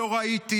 לא ראיתי,